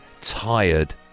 tired